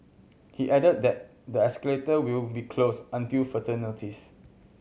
he added that the escalator will be closed until further notice